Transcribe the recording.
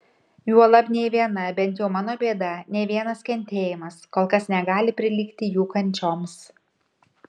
juolab nė viena bent jau mano bėda nė vienas kentėjimas kol kas negali prilygti jų kančioms